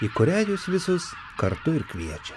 į kurią jūs visus kartu ir kviečia